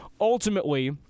Ultimately